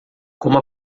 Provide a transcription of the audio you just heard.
como